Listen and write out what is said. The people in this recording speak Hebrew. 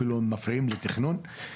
אפילו מפריעים לתכנון.